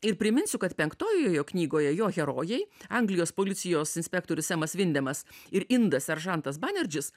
ir priminsiu kad penktojoj jo knygoje jo herojai anglijos policijos inspektorius semas vindemas ir indas seržantas banerdžis